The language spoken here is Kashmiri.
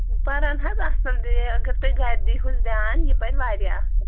پَرَن حظ اَصٕل بیٚیہِ اگر تُہۍ گَرِ دیٖہوٗس دھیان یہِ پَرِ واریاہ اَصٕل